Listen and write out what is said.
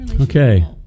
okay